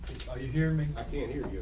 ah you hear and me i can hear you